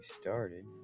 started